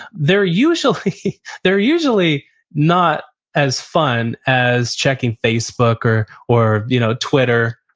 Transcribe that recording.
they're usually they're usually not as fun as checking facebook or or you know twitter,